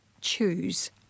choose